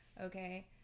okay